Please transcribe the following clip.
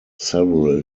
several